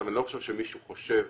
אני לא חושב שמישהו חושב